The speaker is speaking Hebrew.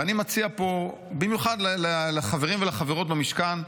ואני מציע פה, במיוחד לחברים ולחברות במשכן,